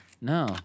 No